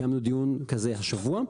קיימנו דיון כזה השבוע.